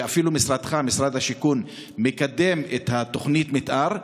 ואפילו משרדך, משרד השיכון, מקדם את תוכנית המתאר.